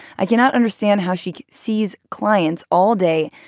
i can not understand how she sees clients all day.